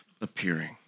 appearing